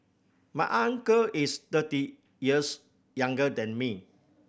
my uncle is thirty years younger than me